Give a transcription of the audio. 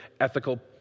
ethical